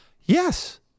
Yes